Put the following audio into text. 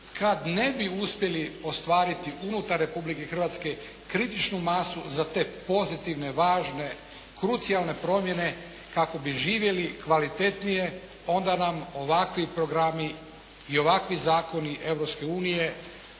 kad ne bi uspjeli ostvariti unutar Republike Hrvatske kritičnu masu za te pozitivne, važne, krucijalne promjene kako bi živjeli kvalitetnije, onda nam ovakvi programi i ovakvi zakoni